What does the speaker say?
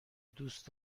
دوست